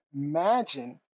imagine